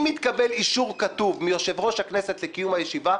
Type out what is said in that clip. אם יתקבל אישור כתוב מיושב-ראש הכנסת לקיום הישיבה,